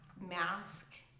mask